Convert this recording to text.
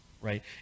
right